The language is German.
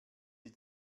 die